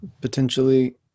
potentially